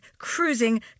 Cruising